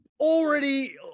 Already